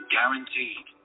Guaranteed